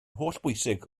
hollbwysig